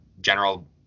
general